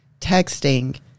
texting